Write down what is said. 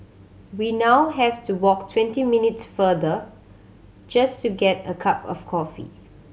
we now have to walk twenty minutes farther just to get a cup of coffee